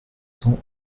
cent